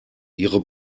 ihre